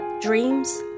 Dreams